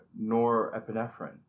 norepinephrine